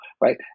Right